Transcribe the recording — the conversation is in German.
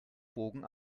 bogen